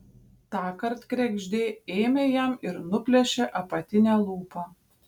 tąkart kregždė ėmė jam ir nuplėšė apatinę lūpą